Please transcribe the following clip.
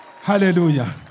Hallelujah